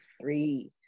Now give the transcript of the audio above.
free